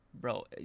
bro